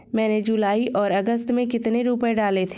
मैंने जुलाई और अगस्त में कितने रुपये डाले थे?